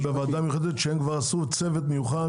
מה הטעם בוועדה מיוחדת כשהם כבר עשו צוות מיוחד